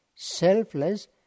Selfless